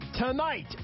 tonight